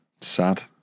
Sad